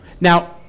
Now